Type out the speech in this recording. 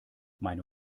meine